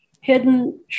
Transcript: hidden